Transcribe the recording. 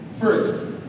first